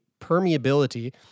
permeability